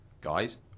Guys